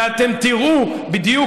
ואתם תראו בדיוק,